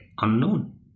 unknown